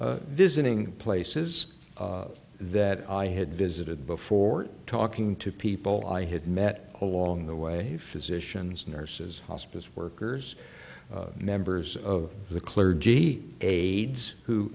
year visiting places that i had visited before talking to people i had met along the way physicians nurses hospice workers members of the clergy aids who